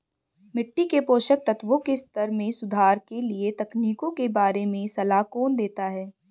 मिट्टी के पोषक तत्वों के स्तर में सुधार के लिए तकनीकों के बारे में सलाह कौन देता है?